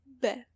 Beth